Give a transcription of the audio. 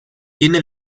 tiene